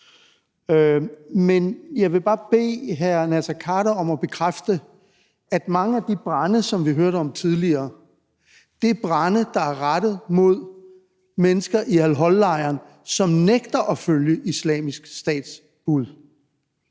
Men jeg vil bare bede hr. Naser Khader om at bekræfte, at mange af de brande, som vi hørte om tidligere, er rettet mod mennesker i al-Hol-lejren, som nægter at følge Islamisk Stats bud,